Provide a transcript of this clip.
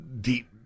deep